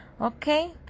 Okay